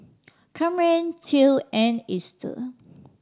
Camren Theo and Ester